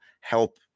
help